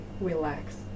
relax